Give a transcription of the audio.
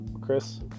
Chris